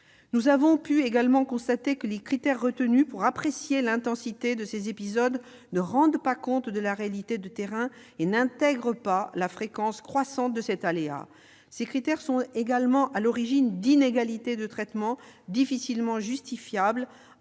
nous avons observé que les critères retenus pour apprécier l'intensité de ces épisodes ne tiennent compte ni de la réalité de terrain ni de la fréquence croissante de cet aléa. Ces critères sont également à l'origine d'inégalités de traitement difficilement justifiables